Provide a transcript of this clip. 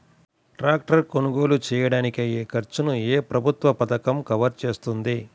Tractor కొనుగోలు చేయడానికి అయ్యే ఖర్చును ఏ ప్రభుత్వ పథకం కవర్ చేస్తుంది?